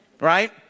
right